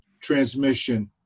transmission